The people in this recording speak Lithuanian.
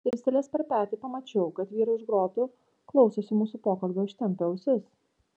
dirstelėjęs per petį pamačiau kad vyrai už grotų klausosi mūsų pokalbio ištempę ausis